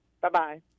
Bye-bye